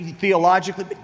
theologically